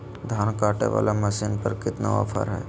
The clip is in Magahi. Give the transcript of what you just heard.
धान कटे बाला मसीन पर कितना ऑफर हाय?